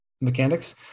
mechanics